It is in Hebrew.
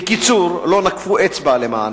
בקיצור, לא נקפו אצבע למענה.